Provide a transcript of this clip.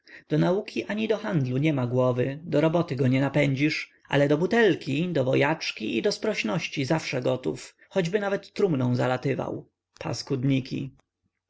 do nauki ani do handlu nie ma głowy do roboty go nie napędzisz ale do butelki do wojaczki i do sprosności zawsze gotów choćby nawet trumną zalatywał